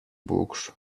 books